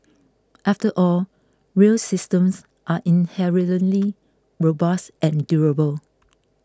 after all rail systems are inherently robust and durable